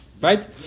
Right